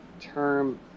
term